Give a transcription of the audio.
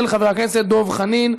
של חבר הכנסת דב חנין.